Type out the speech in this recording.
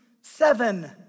seven